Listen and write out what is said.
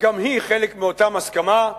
גם היא חלק מאותה הסכמה,